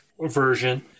version